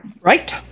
Right